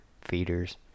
feeders